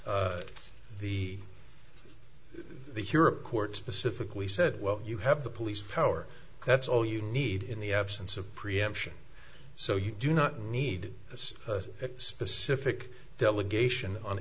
that the the europe court specifically said well you have the police power that's all you need in the absence of preemption so you do not need this specific delegation on